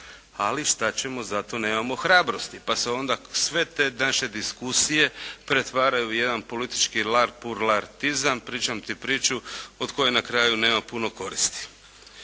ali šta ćemo? Za to nemamo hrabrosti. Pa se onda sve te naše diskusije pretvaraju u jedan politički larpurlatizam, pričam ti priču od koje na kraju nema puno koristi.